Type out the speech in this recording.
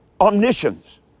omniscience